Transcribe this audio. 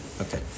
Okay